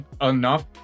enough